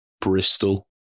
Bristol